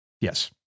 Yes